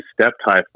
step-type